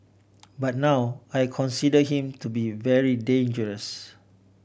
but now I consider him to be very dangerous